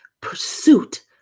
pursuit